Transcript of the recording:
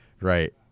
Right